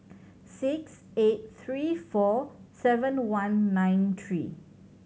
six eight three four seven one nine three